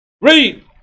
Read